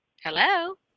Hello